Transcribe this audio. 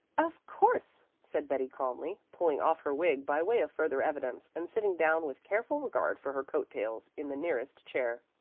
of course, said betty calmly, pulling off her wig by way of further evidence, and sitting down with careful regard for her coattails in the nearest chair.